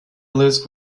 lives